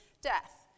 death